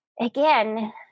again